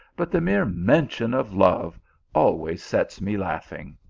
but the mere mention of love always sets me laughing.